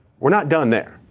we're not done there,